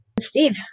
Steve